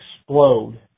explode